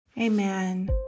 Amen